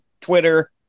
Twitter